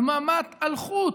דממת אלחוט.